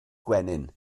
gwenyn